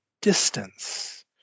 distance